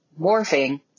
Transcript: morphing